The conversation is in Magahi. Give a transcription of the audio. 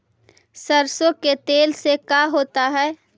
सरसों के तेल से का होता है?